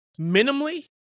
Minimally